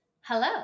Hello